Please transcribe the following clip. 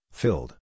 filled